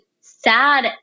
sad